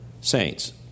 Saints